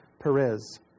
Perez